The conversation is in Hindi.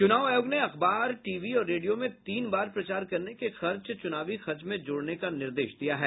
चूनाव आयोग ने अखबार टीवी और रेडियो में तीन बार प्रचार करने के खर्च चुनावी खर्च में जोड़ने का निर्देश दिया है